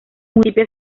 municipio